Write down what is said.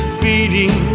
beating